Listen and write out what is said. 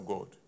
God